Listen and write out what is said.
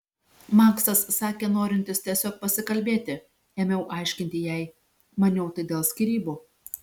maksas sakė norintis tiesiog pasikalbėti ėmiau aiškinti jai maniau tai dėl skyrybų